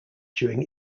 during